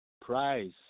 price